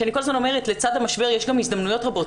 אני כל הזמן אומרת שלצד המשבר יש גם הזדמנויות רבות.